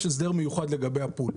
יש הסדר מיוחד לגבי ה-פול.